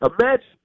Imagine